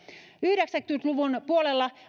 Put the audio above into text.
yhdeksänkymmentä luvun puolella